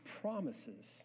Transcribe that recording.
promises